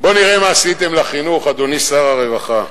בוא נראה מה עשיתם לחינוך, אדוני שר הרווחה,